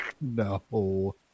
No